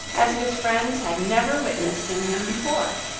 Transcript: as his friends had never witnessed in him before.